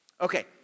Okay